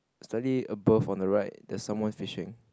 study above on the right there's someone fishing